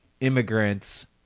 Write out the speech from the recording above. immigrants